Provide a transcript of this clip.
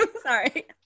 sorry